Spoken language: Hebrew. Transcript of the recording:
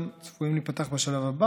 גם צפויות להיפתח בשלב הבא.